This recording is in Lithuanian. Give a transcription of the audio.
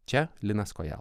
čia linas kojala